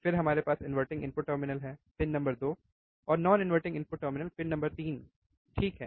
फिर हमारे पास इन्वर्टिंग इनपुट टर्मिनल है पिन नंबर 2 और non inverting input terminal pin number 3 ठीक है